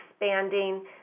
expanding